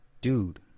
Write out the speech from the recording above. dude